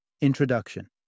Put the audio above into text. Introduction